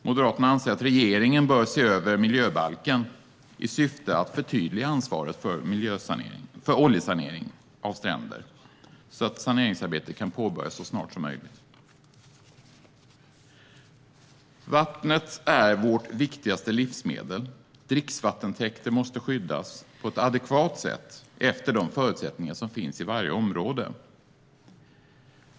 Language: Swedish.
Moderaterna anser att regeringen bör se över miljöbalken i syfte att förtydliga ansvaret för oljesanering av stränder så att saneringsarbetet kan påbörjas snarast möjligt. Vattnet är vårt viktigaste livsmedel. Dricksvattentäkter måste skyddas på ett adekvat sätt efter de förutsättningar som finns i varje område.